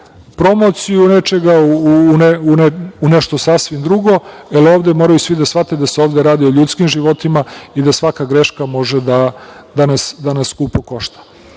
promociju nečega, u nešto sasvim drugo, jer ovde moraju svi da shvate da se ovde radi o ljudskim životima i da svaka greška može da nas skupo košta.